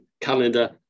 calendar